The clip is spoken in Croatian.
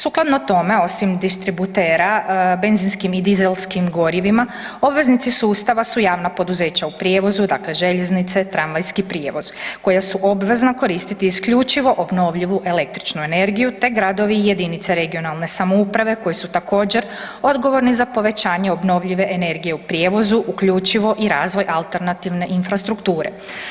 Sukladno tome, osim distributera, benzinskim i dizelskim gorivima, obveznici sustava su javna poduzeća u prijevozu, dakle željeznice, tramvajski prijevoz koja su obvezna koristiti isključivo obnovljivu električnu energiju te gradovi i jedinice regionalne samouprave koji su također odgovorni za povećanje obnovljive energije u prijevozu uključivo i razvoj alternativne infrastrukture.